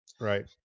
Right